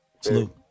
Salute